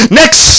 next